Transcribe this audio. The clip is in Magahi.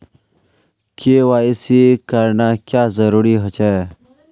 के.वाई.सी करना क्याँ जरुरी होचे?